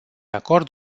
acord